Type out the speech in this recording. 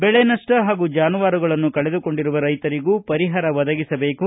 ಬೆಳೆ ನಷ್ಪ ಹಾಗೂ ಜಾನುವಾರುಗಳನ್ನು ಕಳೆದುಕೊಂಡಿರುವ ರೈತರಿಗೂ ಪರಿಹಾರ ಒದಗಿಸಬೇಕು